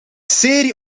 serie